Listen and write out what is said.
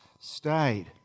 stayed